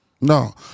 No